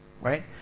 Right